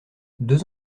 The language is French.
deux